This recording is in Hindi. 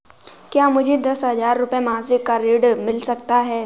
क्या मुझे दस हजार रुपये मासिक का ऋण मिल सकता है?